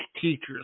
teachers